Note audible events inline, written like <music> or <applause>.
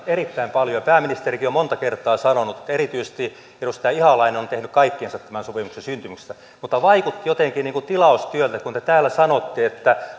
erittäin paljon pääministerikin on monta kertaa sanonut että erityisesti edustaja ihalainen on tehnyt kaikkensa tämän sopimuksen syntymiseksi mutta vaikutti jotenkin niin kuin tilaustyöltä kun te täällä sanotte että <unintelligible>